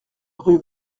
rue